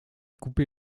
coupé